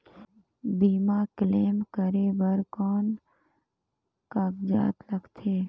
बीमा क्लेम करे बर कौन कागजात लगथे?